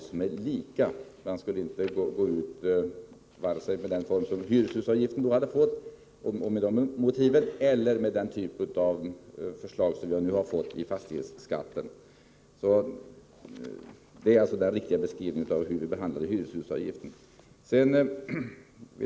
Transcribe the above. Det skulle inte vara vare sig ett förslag om en avgift som utformats på samma sätt som hyreshusavgiften eller den typ av fastighetsskatt som vi nu har fått förslag om. Detta är den riktiga beskrivningen av hur vi behandlade hyreshusavgiften.